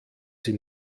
sie